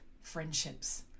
friendships